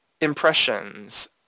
impressions